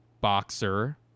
boxer